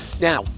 Now